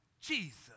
Jesus